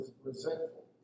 resentful